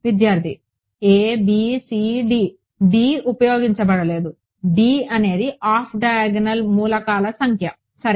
a b c d d d ఉపయోగించబడలేదు d d అనేది off diagonal మూలకాల సంఖ్య సరే